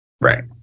Right